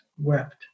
Wept